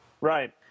Right